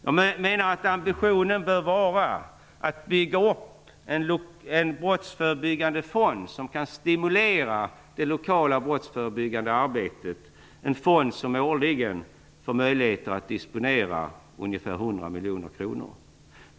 Jag menar att ambitionen bör vara att bygga upp en brottsförebyggande fond som kan stimulera det lokala brottsförebyggande arbetet - en fond som årligen får möjligheter att disponera ungefär 100 miljoner kronor.